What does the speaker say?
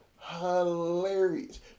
Hilarious